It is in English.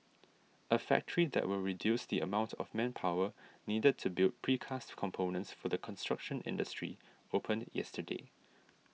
a factory that will reduce the amount of manpower needed to build precast components for the construction industry opened yesterday